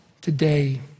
Today